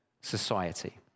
society